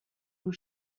vous